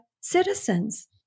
citizens